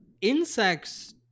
insects